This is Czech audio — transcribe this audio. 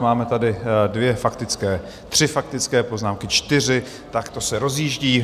Máme tady dvě faktické, tři faktické poznámky, čtyři, tak to se rozjíždí.